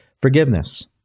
forgiveness